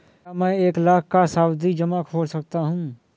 क्या मैं एक लाख का सावधि जमा खोल सकता हूँ?